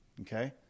okay